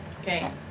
Okay